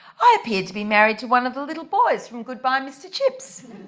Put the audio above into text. i appear to be married to one of the little boys from goodbye mr chips.